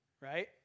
right